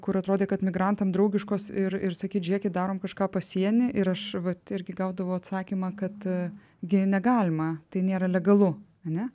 kur atrodė kad migrantam draugiškos ir ir sakyt žiūrėkit darom kažką pasieny ir aš vat irgi gaudavau atsakymą kad gi negalima tai nėra legalu ane